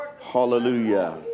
Hallelujah